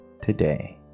today